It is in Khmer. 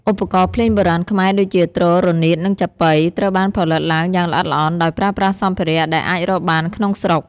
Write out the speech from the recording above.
ឧបករណ៍ភ្លេងបុរាណខ្មែរដូចជា ទ្រ រនាត និង ចាប៉ី ត្រូវបានផលិតឡើងយ៉ាងល្អិតល្អន់ ដោយប្រើប្រាស់សម្ភារៈដែលអាចរកបានក្នុងស្រុក។